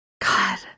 God